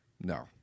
No